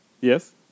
Yes